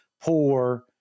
poor